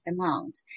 amount